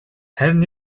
харин